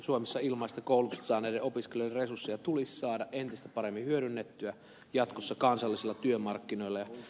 suomessa ilmaista koulutusta saaneiden opiskelijoiden resursseja tulisi saada entistä paremmin hyödynnettyä jatkossa kansallisilla työmarkkinoilla